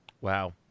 wow